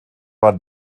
war